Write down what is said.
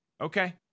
Okay